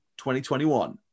2021